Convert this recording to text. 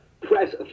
press